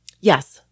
Yes